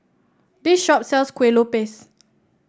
this shop sells Kuih Lopes